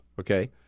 okay